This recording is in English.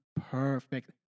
perfect